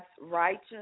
righteous